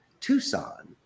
Tucson